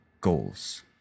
goals